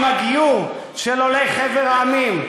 עם הגיור של עולי חבר המדינות,